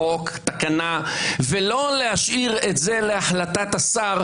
ולא להשאיר את זה להחלטת השר,